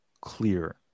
clear